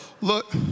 Look